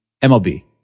MLB